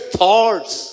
thoughts